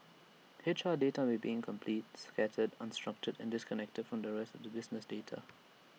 H R data may be incomplete scattered unstructured and disconnected from the rest to business data